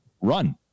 Run